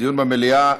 דיון במליאה.